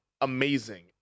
amazing